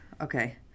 okay